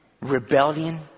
Rebellion